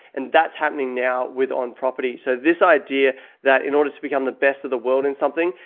and that's happening now with on property. so this idea that in order to become the best of the world in something,